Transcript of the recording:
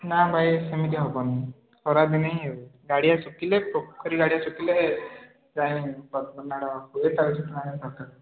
ନା ଭାଇ ସେମିତି ହେବନି ଖରାଦିନେ ହିଁ ହୁଏ ଗାଡ଼ିଆ ଶୁଖିଲେ ପୋଖରୀ ଗାଡ଼ିଆ ଶୁଖିଲେ ଯାଇଁ ପଦ୍ମନାଡ଼ ହୁଏ ତା'କୁ ସେଇଠୁ ଆଣିବା ଦରକାର